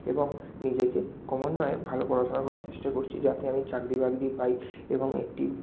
এবং নিজেকে ক্রমান্বয়ে ভালো পড়াশোনা করার চেষ্টা করছি যাতে আমি চাকরি বাকরি পাই এবং একটি